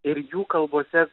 ir jų kalbose